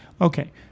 Okay